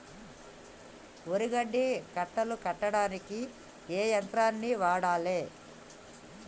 వరి గడ్డి కట్టలు కట్టడానికి ఏ యంత్రాన్ని వాడాలే?